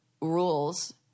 rules